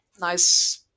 nice